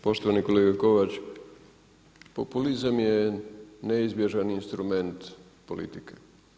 Poštovani kolega Kovač, populizam je neizbježan instrument politike.